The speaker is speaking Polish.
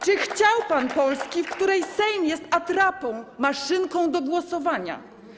Czy chciał pan Polski, w której Sejm jest atrapą, maszynką do głosowania?